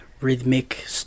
Rhythmic